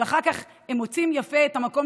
אבל אחר כך הן מוצאות יפה את המקום